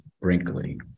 Brinkley